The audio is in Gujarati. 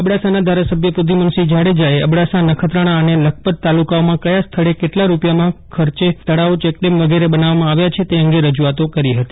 અબડાસાના ધારાસભ્ય પ્રધ્યુમનસિંહ જાડેજાએ અબડાસા નખત્રાણા અને લખપત તાલુકાઓમાં કથાં સ્થળે કેટલા રૂપિયાના ખર્ચે તળાવો ચેકડેમ વગેરે બનાવવામાં આવ્યા છે તે અંગે રજૂઆત કરી હતી